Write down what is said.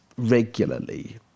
regularly